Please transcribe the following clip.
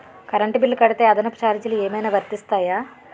Current bill కడితే అదనపు ఛార్జీలు ఏమైనా వర్తిస్తాయా?